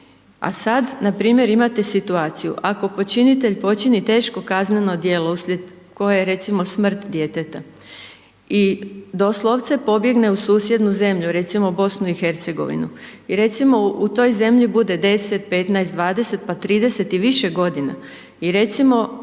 A sad npr. imate situaciju, ako počinitelj počini teško kazneno djelo uslijed koje je recimo smrt djeteta i doslovce pobjegne u susjednu zemlju recimo BiH i recimo u toj zemlji bude 10, 15, 20 pa 30 i više godina i recimo